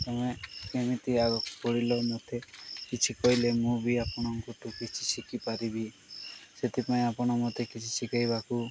ତମେ କେମିତି ଆଗକୁ ବଢ଼ିଲ ମୋତେ କିଛି କହିଲେ ମୁଁ ବି ଆପଣଙ୍କଠୁ କିଛି ଶିଖିପାରିବି ସେଥିପାଇଁ ଆପଣ ମୋତେ କିଛି ଶିଖେଇବାକୁ